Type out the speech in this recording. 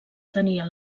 tenia